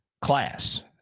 class